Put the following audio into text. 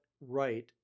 right